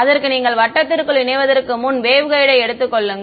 அதற்கு நீங்கள் வட்டத்திற்குள் இணைவதற்கு முன் வேவ்கைடு யை எடுத்துக் கொள்ளுங்கள்